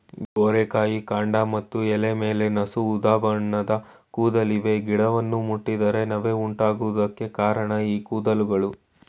ಗೋರಿಕಾಯಿ ಕಾಂಡ ಮತ್ತು ಎಲೆ ಮೇಲೆ ನಸು ಉದಾಬಣ್ಣದ ಕೂದಲಿವೆ ಗಿಡವನ್ನು ಮುಟ್ಟಿದರೆ ನವೆ ಉಂಟಾಗುವುದಕ್ಕೆ ಕಾರಣ ಈ ಕೂದಲುಗಳು